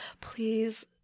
please